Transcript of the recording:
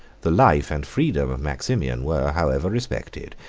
the life and freedom of maximian were, however, respected,